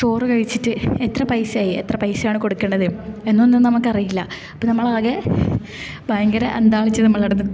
ചോറ് കഴിച്ചിട്ട് എത്ര പൈസ ആയി എത്ര പൈസ ആണ് കൊടുക്കേണ്ടത് എന്നൊന്നും നമുക്ക് അറിയില്ല അപ്പം നമ്മളാകെ ഭയങ്കര അന്ധാളിച്ച് നമ്മളവിടെ നിക്കും